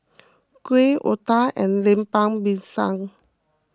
Kuih Otah and Lemper Pisang